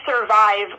survive